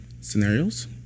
scenarios